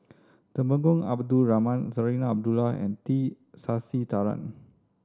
Temenggong Abdul Rahman Zarinah Abdullah and T Sasitharan